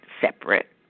separate